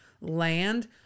land